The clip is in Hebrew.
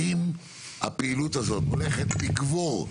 האם הפעילות הולכת לגבור,